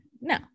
No